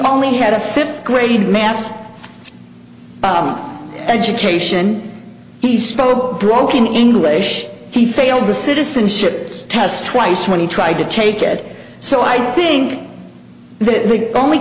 only had a fifth grade math education he spoke broken english he failed the citizenship test twice when he tried to take it so i think the only